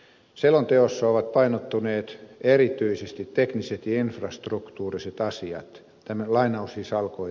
selonteossa ovat painottuneet erityisesti tekniset ja infrastruktuuriset keinot